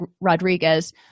Rodriguez